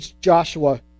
Joshua